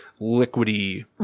liquidy